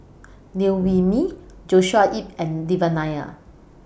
Liew Wee Mee Joshua Ip and Devan Nair